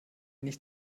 nicht